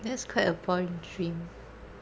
that's quite a boring dream